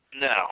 no